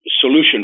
solution